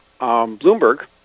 Bloomberg